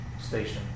station